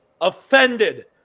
offended